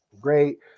great